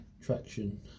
traction